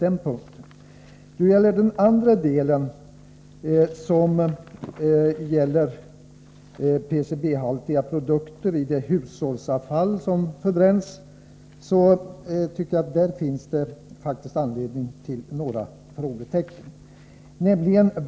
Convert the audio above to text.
När det gäller den andra delen, som avser PCB-haltiga produkter i det hushållsavfall som förbränns, tycker jag däremot att det finns anledning att ställa några frågor.